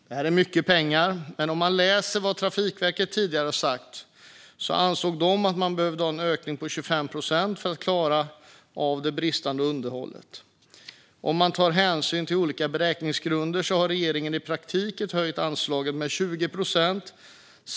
Detta är mycket pengar, men om man läser vad Trafikverket tidigare har sagt kan man konstatera att de ansåg att det behövdes en ökning på 25 procent för att klara av det bristande underhållet. Om man tar hänsyn till olika beräkningsgrunder har regeringen i praktiken höjt anslagen med 20 procent.